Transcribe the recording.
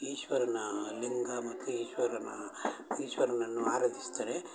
ಈಶ್ವರನ ಲಿಂಗ ಮತ್ತು ಈಶ್ವರನ ಈಶ್ವರನನ್ನು ಆರಾಧಿಸ್ತಾರೆ